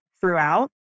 throughout